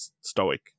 stoic